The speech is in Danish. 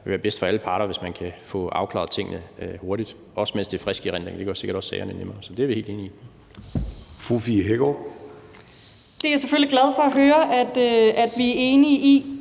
Der vil det være bedst for alle parter, hvis man kan få afklaret tingene hurtigt, også mens det er frisk i erindringen. Det gør sikkert også, at sagerne går nemmere. Så det er vi helt enige i.